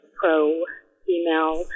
pro-female